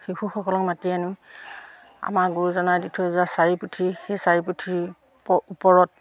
শিশুসকলক মাতি আনো আমাৰ গুৰুজনাই দি থৈ যোৱা চাৰি পুথি সেই চাৰি পুথিৰ ওপৰত